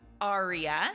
Aria